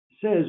says